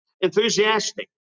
Enthusiastic